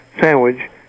sandwich